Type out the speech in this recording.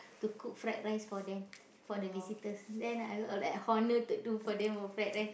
to cook fried-rice for them for the visitors then I was like honoured to do for them fried-rice